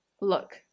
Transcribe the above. look